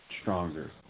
stronger